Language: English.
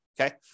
okay